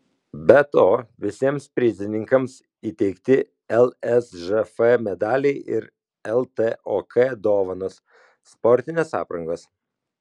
be to visiems prizininkams įteikti lsžf medaliai ir ltok dovanos sportinės aprangos